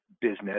business